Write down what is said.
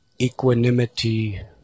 equanimity